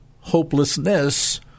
hopelessness